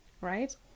right